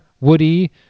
Woody